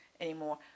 anymore